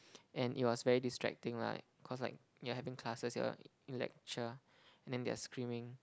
and it was very distracting lah cause like you are having classes you are in lecture and they are screaming